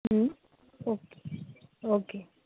okay okay